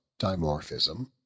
dimorphism